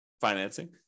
financing